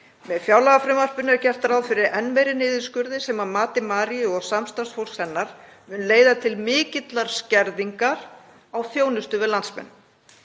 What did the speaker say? Með fjárlagafrumvarpinu er gert ráð fyrir enn meiri niðurskurði sem að mati Maríu og samstarfsfólks hennar mun leiða til mikillar skerðingar á þjónustu við landsmenn.